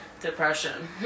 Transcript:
depression